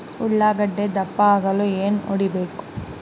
ಉಳ್ಳಾಗಡ್ಡೆ ದಪ್ಪ ಆಗಲು ಏನು ಹೊಡಿಬೇಕು?